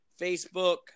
Facebook